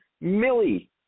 Millie